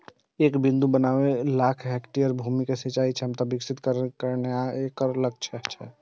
एक बिंदु बाबन लाख हेक्टेयर भूमि मे सिंचाइ क्षमता विकसित करनाय एकर लक्ष्य छै